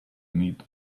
need